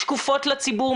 שקופות לציבור,